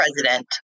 president